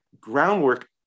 groundwork